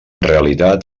realitat